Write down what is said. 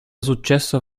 successo